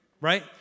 right